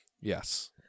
Yes